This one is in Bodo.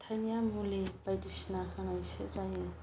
थायबेंआ मुलि बायदिसिना होनायसो जायो